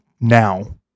now